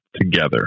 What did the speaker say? together